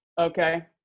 Okay